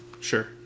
Sure